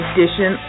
Edition